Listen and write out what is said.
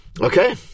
Okay